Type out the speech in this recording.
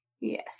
Yes